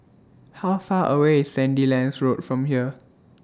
How Far away IS Sandilands Road from here